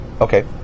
Okay